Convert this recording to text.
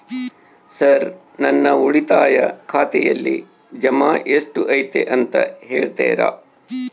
Sir ನನ್ನ ಉಳಿತಾಯ ಖಾತೆಯಲ್ಲಿ ಜಮಾ ಎಷ್ಟು ಐತಿ ಅಂತ ಹೇಳ್ತೇರಾ?